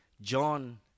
John